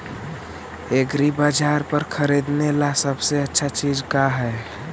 एग्रीबाजार पर खरीदने ला सबसे अच्छा चीज का हई?